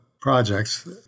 projects